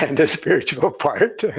and a spiritual part.